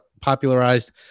popularized